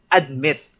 admit